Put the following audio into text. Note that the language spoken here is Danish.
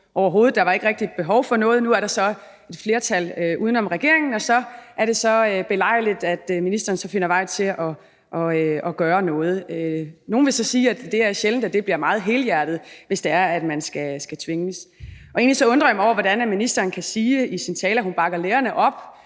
overhovedet, der var ikke rigtig behov for noget, men nu er der så et flertal uden om regeringen, og så er det så belejligt, at ministeren så finder vej til at gøre noget. Nogle vil så sige, at det er sjældent, at det bliver meget helhjertet, hvis man skal tvinges. Egentlig undrer jeg mig over, hvordan ministeren kan sige i sin tale, at hun bakker lærerne op,